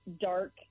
dark